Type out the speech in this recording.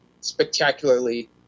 spectacularly